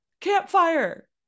campfire